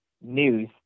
news